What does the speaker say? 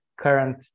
Current